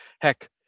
heck